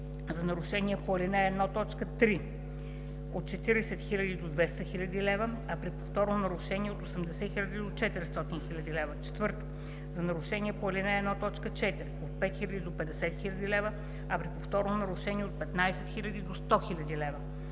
за нарушения по ал. 1, т. 3 – от 40 000 до 200 000 лв., а при повторно нарушение – от 80 000 до 400 000 лв.; 4. за нарушения по ал. 1, т. 4 – от 5000 до 50 000 лв., а при повторно нарушение – от 15 000 до 100 000 лв.